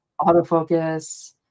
autofocus